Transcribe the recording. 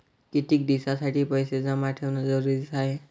कितीक दिसासाठी पैसे जमा ठेवणं जरुरीच हाय?